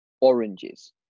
oranges